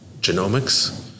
genomics